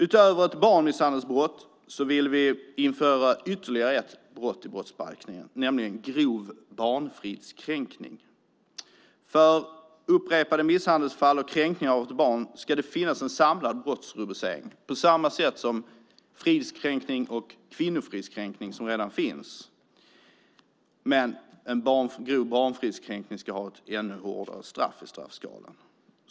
Utöver ett barnmisshandelsbrott vill vi införa ytterligare ett brott i brottsbalken, nämligen grov barnfridskränkning. För upprepade misshandelsfall och kränkningar av ett barn ska det finnas en samlad brottsrubricering på samma sätt som fridskränkning och kvinnofridskränkning som redan finns, men en grov barnfridskränkning ska ha ett ännu hårdare straff på straffskalan.